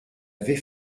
avait